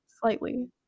Slightly